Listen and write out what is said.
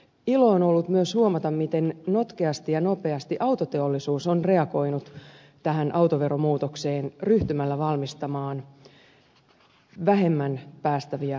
ilo on ollut myös huomata miten notkeasti ja nopeasti autoteollisuus on reagoinut tähän autoveromuutokseen ryhtymällä valmistamaan vähemmän päästäviä autoja